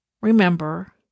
Remember